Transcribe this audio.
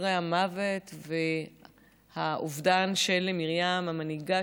אחרי המוות והאובדן של מרים המנהיגה,